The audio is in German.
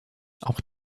auch